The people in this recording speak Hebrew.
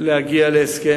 להגיע להסכם,